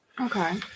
Okay